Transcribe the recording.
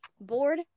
bored